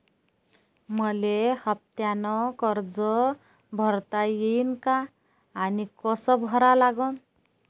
मले हफ्त्यानं कर्ज भरता येईन का आनी कस भरा लागन?